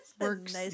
works